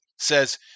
says